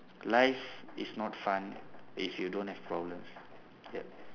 life is not fun if you don't have problems yup